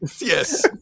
Yes